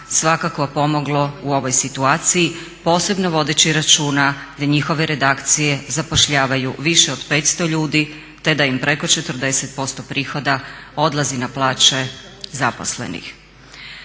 svakako pomoglo u ovoj situaciji posebno vodeći računa da njihove redakcije zapošljavaju više od 500 ljudi, te da im preko 40% prihoda odlazi na plaće zaposlenih.